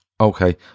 Okay